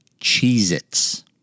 Cheez-Its